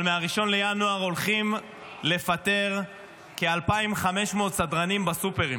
אבל מ-1 בינואר הולכים לפטר כ-2,500 סדרנים בסופרים.